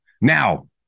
Now